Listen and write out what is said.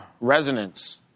resonance